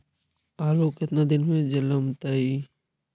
आलू केतना दिन में जलमतइ?